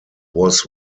was